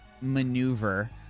Maneuver